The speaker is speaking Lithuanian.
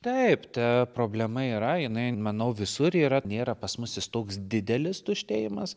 taip ta problema yra jinai manau visur yra nėra pas mus jis toks didelis tuštėjimas